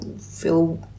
feel